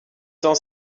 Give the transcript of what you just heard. temps